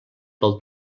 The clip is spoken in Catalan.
pel